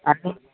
thirteen